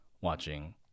watching